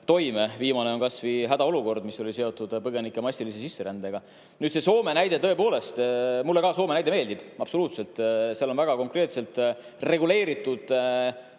tulnud. Viimane näide on hädaolukord, mis oli seotud põgenike massilise sisserändega. Nüüd see Soome näide. Tõepoolest, mulle ka see Soome näide meeldib. Seal on väga konkreetselt reguleeritud,